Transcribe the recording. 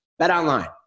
BetOnline